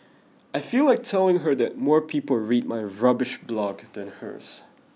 I feel like telling her that more people read my rubbish blog than hers